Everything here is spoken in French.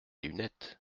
lunettes